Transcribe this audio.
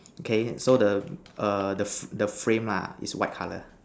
okay so the err the the frame lah is white color